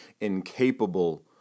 incapable